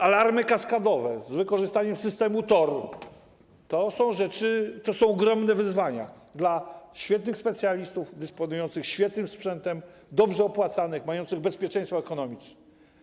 Alarmy kaskadowe z wykorzystaniem systemu Tor to są ogromne wyzwania dla świetnych specjalistów, dysponujących świetnym sprzętem, dobrze opłacanych, mających bezpieczeństwo ekonomiczne.